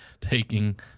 Taking